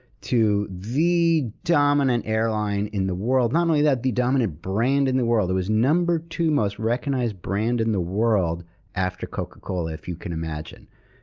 to the dominant airline in the world. not only that, the dominant brand in the world. it was number two most recognized brand in the world after coca-cola, if you can imagine.